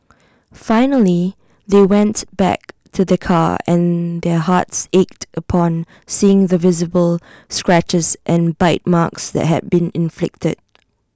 finally they went back to their car and their hearts ached upon seeing the visible scratches and bite marks that had been inflicted